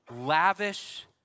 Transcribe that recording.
Lavish